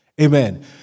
amen